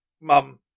mum